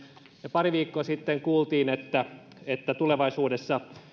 ja pari viikkoa sitten kuultiin että että tulevaisuudessa